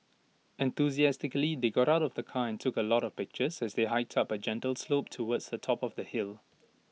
enthusiastically they got out of the car and took A lot of pictures as they hiked up A gentle slope towards the top of the hill